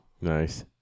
Nice